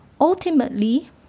Ultimately